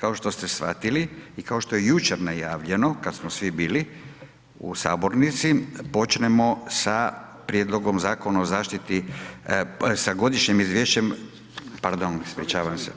Kao što ste shvatili i kao što je jučer najavljeno kad smo svi bili u sabornici, počnemo sa Prijedlogom Zakona o zaštiti, sa godišnjim izvješćem, pardon ispričavam se,